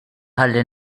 ħalli